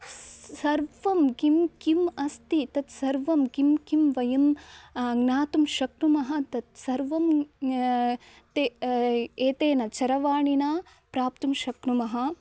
सर्वं किं किम् अस्ति तत् सर्वं किं किं वयं ज्ञातुं शक्नुमः तत् सर्वं ते एतेन चरवाणीना प्राप्तुं शक्नुमः